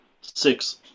Six